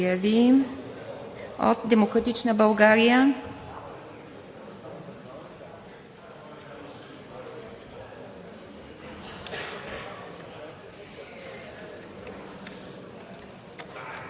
Благодаря Ви. От „Демократична България“?